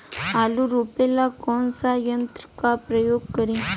आलू रोपे ला कौन सा यंत्र का प्रयोग करी?